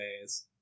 ways